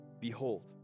Behold